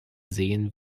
sehen